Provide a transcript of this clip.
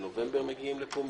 בנובמבר מגיעים לפה?